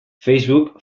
facebook